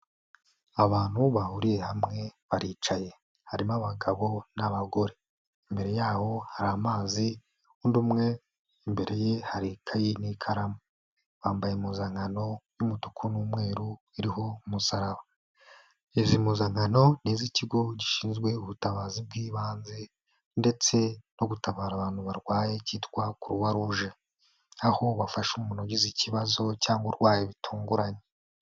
Abantu bahuriye hamwe baricaye, harimo abagabo n'abagore. Imbere yaho hari amazi, undi umwe imbere ye hari ikayi n'ikaramu. Bambaye impuzankano y'umutuku n'umweru, iriho umusaraba. Izi mpuzankano n'iz'ikigo gishinzwe ubutabazi bw'ibanze ndetse no gutabara abantu barwaye, cyitwa Croix Rouge. Aho bafasha umuntu ugize ikibazo cyangwa uburwayi butunguranye.